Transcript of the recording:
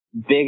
big